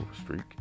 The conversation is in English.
streak